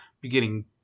beginning